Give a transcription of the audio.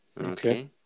Okay